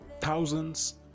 thousands